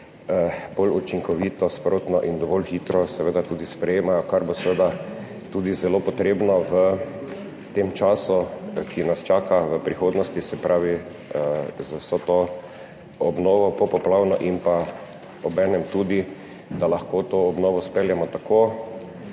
bolj učinkovito sprotno in dovolj hitro seveda tudi sprejemajo, kar bo seveda tudi zelo potrebno v tem času, ki nas čaka v prihodnosti. Se pravi z vso to obnovo popoplavno in pa obenem tudi, da lahko to obnovo speljemo tako,